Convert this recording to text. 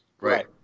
right